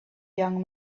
young